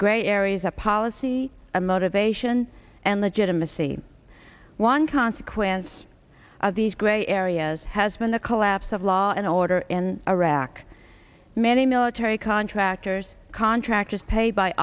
grey areas of policy a motivation and legitimacy one consequence of these gray areas has been the collapse of law and order in iraq many military contractors contractors paid by